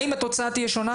האם התוצאה תהיה שונה?